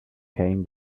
came